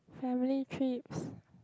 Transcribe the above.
family trips